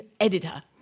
editor